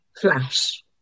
Flash